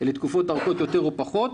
לתקופות ארוכות יותר או פחות.